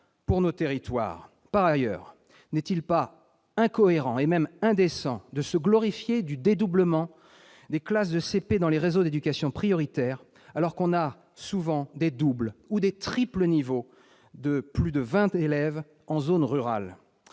pour nos territoires ? Par ailleurs, n'est-il pas incohérent, et même indécent, de se glorifier du dédoublement des classes de CP dans les réseaux d'éducation prioritaire alors qu'on a souvent des double ou triple niveaux à plus de vingt élèves en zone rurale ?